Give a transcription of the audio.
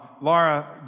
Laura